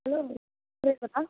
hello டிரைவரா